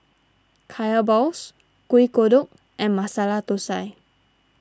Kaya Balls Kuih Kodok and Masala Thosai